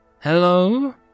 Hello